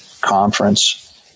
conference